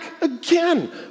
again